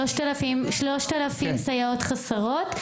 3,000 סייעות חסרות.